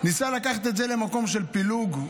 ניסה לקחת את זה למקום של פילוג.